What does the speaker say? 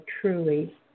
truly